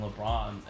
LeBron